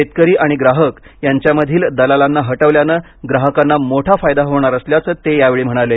शेतकरी आणि ग्राहक यांच्यामधील दलालांना हटवल्याने ग्राहकांना मोठा फायदा होणार असल्याचं ते यावेळी म्हणाले